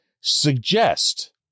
suggest